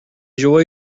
joy